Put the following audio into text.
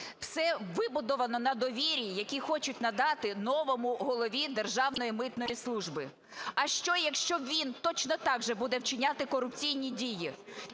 все вибудовано на довірі, які хочуть надати новому голові Державної митної служби. А що, якщо він точно так же буде вчиняти корупційні дії.